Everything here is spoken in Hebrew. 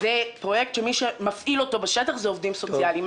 פרויקט שמי שמפעיל אותו בשטח זה עובדים סוציאליים.